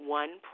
one